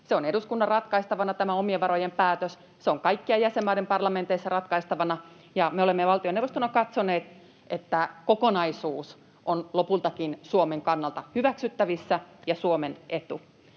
on eduskunnan ratkaistavana, se on kaikkien jäsenmaiden parlamenteissa ratkaistavana, ja me olemme valtioneuvostona katsoneet, että kokonaisuus on lopultakin Suomen kannalta hyväksyttävissä ja Suomen etu.